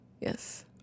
Yes